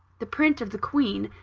the print of the queen,